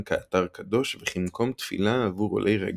כאתר קדוש וכמקום תפילה עבור עולי רגל.